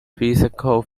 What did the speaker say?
physical